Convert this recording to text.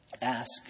Ask